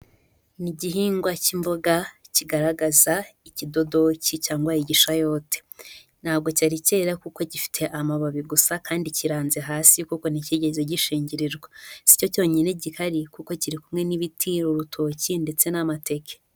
Ni igihingwa cy'imboga kigaragaza ikidodoki cyangwa igishayote. Ntabwo cyari kera kuko gifite amababi gusa kandi kiranze hasi kuko nticyigeze gishingirirwa. Si cyo cyonyine gihari kuko kiri kumwe n'ibiti, urutoki ndetse n'amateke.